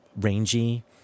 rangy